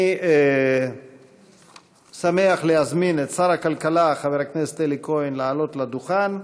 אני שמח להזמין את שר הכלכלה חבר הכנסת אלי כהן לעלות לדוכן.